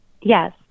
Yes